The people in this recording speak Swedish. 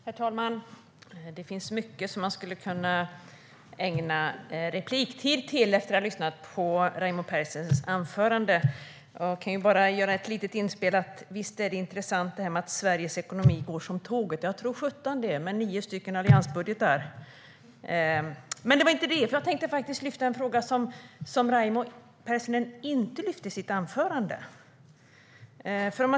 Herr talman! Det finns mycket som man skulle kunna ägna repliktid åt efter att ha lyssnat på Raimo Pärssinens anförande. Jag kan göra ett litet inspel och säga att visst är det intressant att Sveriges ekonomi går som tåget. Tror sjutton det med nio alliansbudgetar! Men det var inte därför jag begärde replik, utan jag vill lyfta upp en fråga som Raimo Pärssinen inte lyfte upp i sitt anförande.